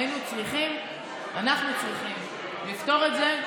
היינו צריכים, אנחנו צריכים לפתור את זה.